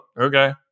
okay